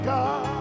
God